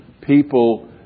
People